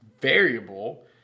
variable